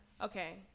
Okay